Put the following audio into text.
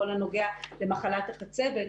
בכל הנוגע למחלת החצבת,